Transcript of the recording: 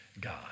God